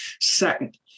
Second